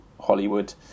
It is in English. Hollywood